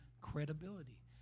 credibility